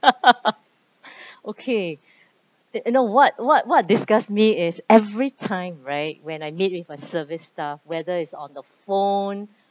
okay you know what what what disgust me is every time right when I meet with a service staff whether it's on the phone